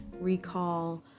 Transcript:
recall